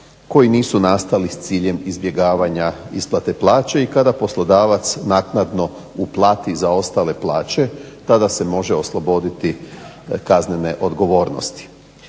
koji nisu nastali s ciljem izbjegavanja isplate plaće i kada poslodavac naknadno uplati preostale plaće tada se može osloboditi kaznene odgovornosti.